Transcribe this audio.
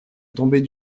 tombée